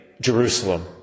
Jerusalem